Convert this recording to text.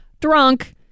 drunk